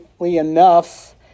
enough